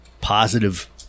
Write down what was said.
positive